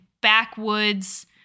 backwoods